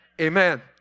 Amen